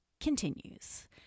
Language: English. continues